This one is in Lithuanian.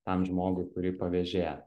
tam žmogui kurį pavėžėjat